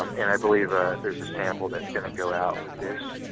um and i believe ah there's a sample that's going to go out with this.